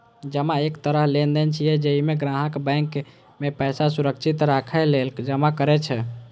जमा एक तरह लेनदेन छियै, जइमे ग्राहक बैंक मे पैसा सुरक्षित राखै लेल जमा करै छै